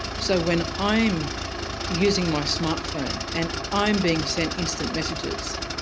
so when i'm using my smartphone, and i'm being sent instant messages,